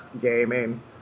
gaming